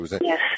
Yes